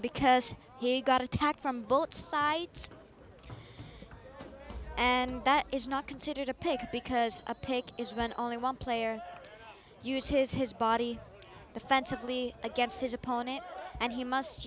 because he got attacked from both sides and that is not considered a pick because a pick is when only one player uses his body offensively against his opponent and he must